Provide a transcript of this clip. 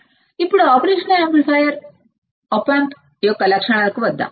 ఇప్పుడు operation amplifier op amp యొక్క లక్షణాలకు వద్దాం